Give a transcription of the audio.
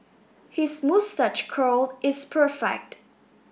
his moustache curl is perfect